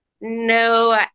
no